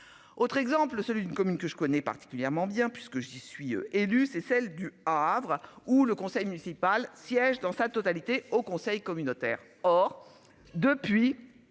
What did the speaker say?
Autre exemple, celui d'une commune que je connais particulièrement bien puisque j'y suis élu, c'est celle du Havre ou le conseil municipal siège dans sa totalité au conseil communautaire. Or, depuis